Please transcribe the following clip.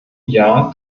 jahr